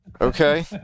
Okay